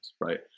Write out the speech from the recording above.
right